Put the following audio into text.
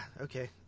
okay